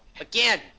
Again